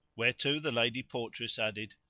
whereto the lady portress added,